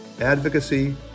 advocacy